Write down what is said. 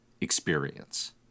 experience